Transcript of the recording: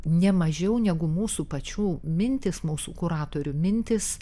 ne mažiau negu mūsų pačių mintys mūsų kuratorių mintys